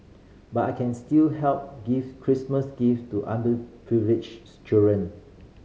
but I can still help give Christmas gift to underprivileged children